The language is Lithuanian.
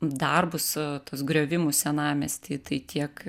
darbus tuos griovimų senamiesty tai tiek